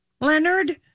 Leonard